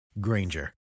Granger